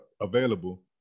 available